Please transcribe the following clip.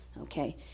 okay